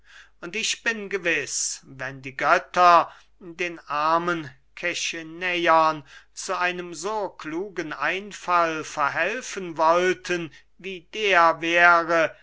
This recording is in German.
und ich bin gewiß wenn die götter den armen kechenäern zu einem so klugen einfall verhelfen wollten wie der wäre